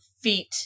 feet